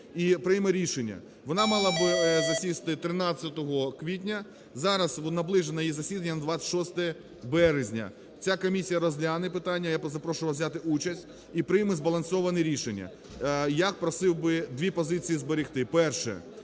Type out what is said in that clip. і прийме рішення. Вона мала б засісти 13 квітня, зараз наближене її засідання на 26 березня. Ця комісія розгляне питання, я запрошую вас взяти участь, і прийме збалансоване рішення. Я просив би дві позиції зберегти: перше